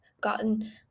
gotten